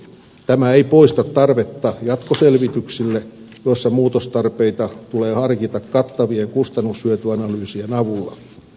tämä ei poista tarvetta jatkoselvityksille joissa muutostarpeita tulee harkita kattavien kustannushyötyanalyysien avulla